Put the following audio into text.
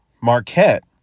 Marquette